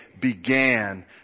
began